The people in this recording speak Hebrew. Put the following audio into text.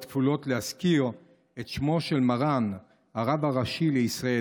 להזכיר את שמו של מרן הרב הראשי לישראל,